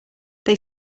they